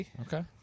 okay